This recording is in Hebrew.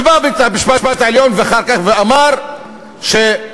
ובא בית-המשפט העליון אחר כך ואמר שדגל